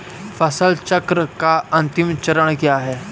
फसल चक्र का अंतिम चरण क्या है?